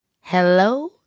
hello